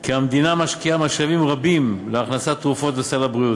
כי המדינה משקיעה משאבים רבים בהכנסת תרופות לסל הבריאות.